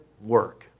work